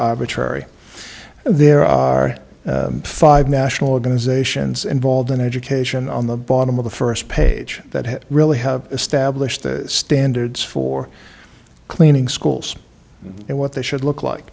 arbitrary there are five national organizations involved in education on the bottom of the first page that really have established standards for cleaning schools and what they should look like